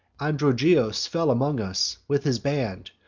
androgeos fell among us, with his band,